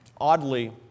Oddly